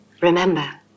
Remember